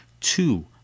Two